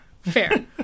fair